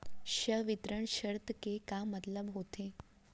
संवितरण शर्त के का मतलब होथे?